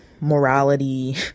morality